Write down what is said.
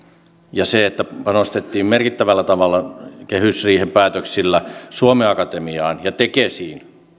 ja se että panostettiin merkittävällä tavalla kehysriihen päätöksillä suomen akatemiaan ja tekesiin